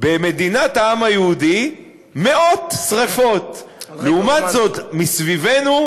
במדינת העם היהודי מאות שרפות -- על רקע רומנטי.